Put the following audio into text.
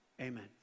amen